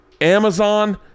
Amazon